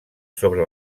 sobre